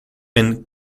and